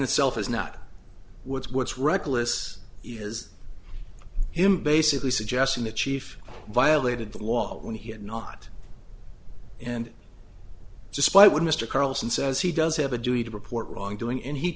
itself is not what's what's reckless has him basically suggesting the chief violated the law when he had not and despite what mr carlson says he does have a duty to report wrongdoing and he